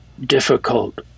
difficult